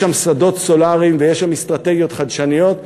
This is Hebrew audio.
יש שם שדות סולריים, ויש שם אסטרטגיות חדשניות.